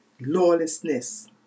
lawlessness